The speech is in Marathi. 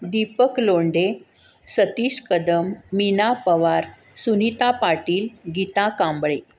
दीपक लोंढे सतीश कदम मीना पवार सुनीता पाटील गीता कांबळे